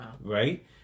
right